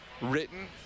written